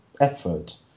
effort